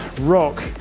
rock